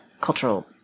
cultural